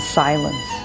silence